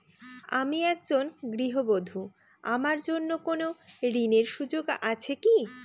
আমি একজন গৃহবধূ আমার জন্য কোন ঋণের সুযোগ আছে কি?